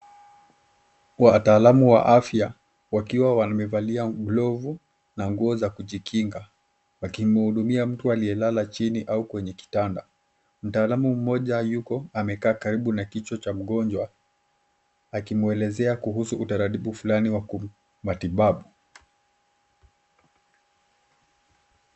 Wataalam wa afya wakiwa wamevalia glovu na nguo za kujikinga wakimhudumia mtu aliyelala chini au kwenye kitanda. Mtaalam mmoja yuko amekaa karibu na kichwa cha mgonjwa akimuelezea kuhusu utaratibu fulani wa matibabu.